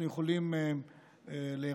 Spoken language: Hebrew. אנחנו יכולים להירגע,